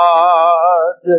God